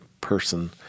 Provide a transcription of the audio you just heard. person